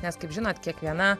nes kaip žinote kiekviena